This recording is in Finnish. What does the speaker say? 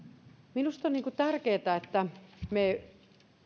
minusta on tärkeätä että me